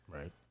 Right